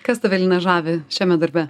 kas tave lina žavi šiame darbe